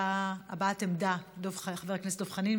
הבעת עמדה של חבר הכנסת דב חנין,